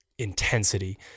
intensity